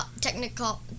technical